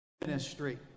ministry